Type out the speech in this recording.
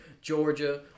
Georgia